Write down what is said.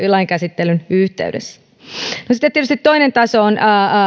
lain käsittelyn yhteydessä sitten tietysti toinen taso on